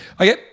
Okay